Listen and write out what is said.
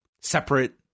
separate